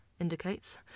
indicates